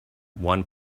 one